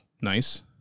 nice